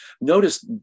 Notice